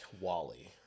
Wally